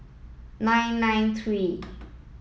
nine nine three